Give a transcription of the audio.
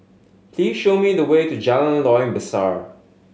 please show me the way to Jalan Loyang Besar